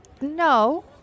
no